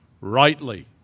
rightly